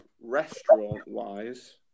Restaurant-wise